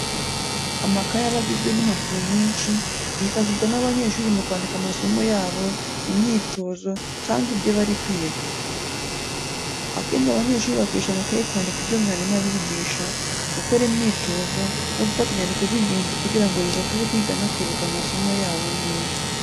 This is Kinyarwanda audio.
Amakayi aba agizwe n'impapuro nyinshi, yifashishwa n'abanyeshuri mu kwandika amasomo yabo, imyitozo, cyangwa ibyo bari kwiga. Akenshi abanyeshuri bakoresha amakayi kwandika ibyo mwarimu abigisha, gukora imyitozo, no gufata inyandiko z'ingenzi kugira ngo bibafashe kwiga no kwibuka amasomo yabo neza.